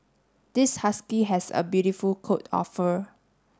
this husky has a beautiful coat of fur